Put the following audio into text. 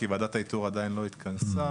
כי ועדת האיתור עדיין לא התכנסה.